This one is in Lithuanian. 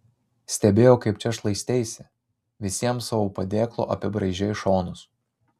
stebėjau kaip čia šlaisteisi visiems savo padėklu apibraižei šonus